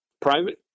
private